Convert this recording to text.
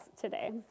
today